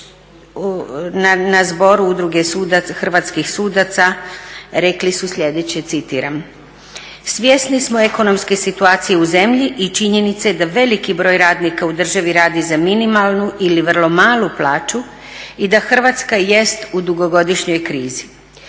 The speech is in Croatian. na Zboru udruge hrvatskih sudaca rekli su sljedeće, citiram: "Svjesni smo ekonomske situacije u zemlji i činjenice da veliki broj radnika u državi radi za minimalnu ili vrlo malu plaću i da Hrvatska jest u dugogodišnjoj krizi.